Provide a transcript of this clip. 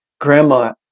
Grandma